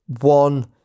one